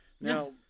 Now